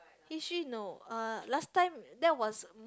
actually no uh last time that was